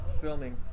filming